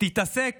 תתעסק